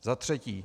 Za třetí.